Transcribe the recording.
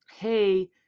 hey